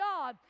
God